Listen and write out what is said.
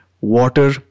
water